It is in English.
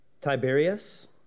Tiberius